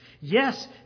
yes